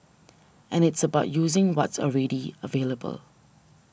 and it's about using what's already available